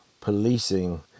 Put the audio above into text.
policing